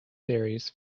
series